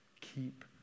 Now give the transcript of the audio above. Keep